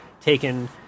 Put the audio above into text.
taken